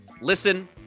Listen